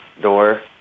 door